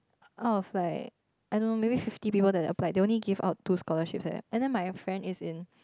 out of like I don't know maybe fifty people that applied they only give out two scholarships eh and then my friend is in